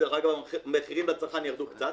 ואחר כך המחירים לצרכן ירדו קצת,